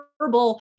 verbal